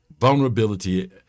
vulnerability